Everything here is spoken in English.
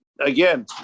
again